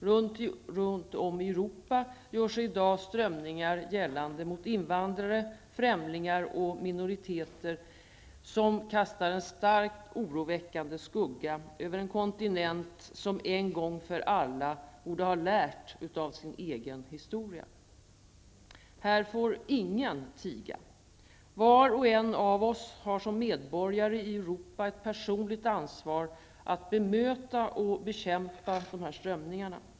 Runt om i Europa gör sig i dag strömningar gällande mot invandrare, främlingar och minoriteter, som kastar en starkt oroväckande skugga över en kontinent, som en gång för alla borde ha lärt utav sin egen historia. Här får ingen tiga. Var och en av oss har som medborgare i Europa ett personligt ansvar att bemöta och bekämpa dessa strömningar.